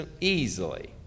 easily